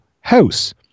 house